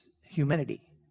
humanity